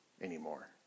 anymore